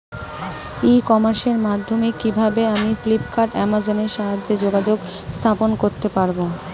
ই কমার্সের মাধ্যমে কিভাবে আমি ফ্লিপকার্ট অ্যামাজন এর সাথে যোগাযোগ স্থাপন করতে পারব?